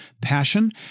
Passion